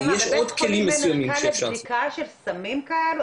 לבית החולים אין ערכה לבדיקה של סמים כאלה?